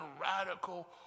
radical